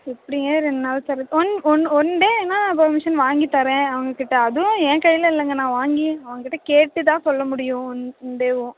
எப்படிங்க ரெண்டு நாள் தர்றது ஒன்று ஒன் டேன்னா பெர்மிஷன் வாங்கி தரேன் அவங்க கிட்ட அதுவும் ஏன் கையில இல்லைங்க நான் வாங்கி அவங்க கிட்ட கேட்டு தான் சொல்ல முடியும் ஒன் ஒன் டேவும்